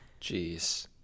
Jeez